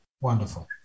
Wonderful